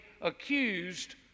accused